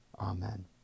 Amen